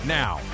now